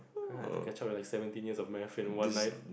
[heh] I had to catch up like seventeen years of maths in one night